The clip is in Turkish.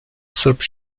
sırp